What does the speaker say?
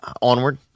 Onward